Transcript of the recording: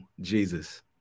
Jesus